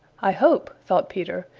i hope, thought peter,